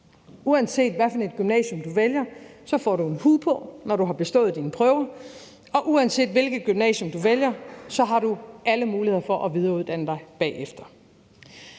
Uanset hvilket gymnasium du vælger, får du en hue på, når du har bestået dine prøver, og uanset hvilket gymnasium du vælger, har du alle muligheder for at videreuddanne dig bagefter.